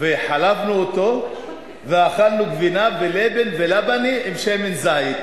וחלבנו אותה ואכלנו גבינה ולבן ולבנה עם שמן זית.